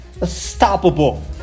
unstoppable